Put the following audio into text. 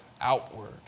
outward